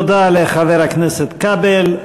תודה לחבר הכנסת כבל.